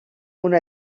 una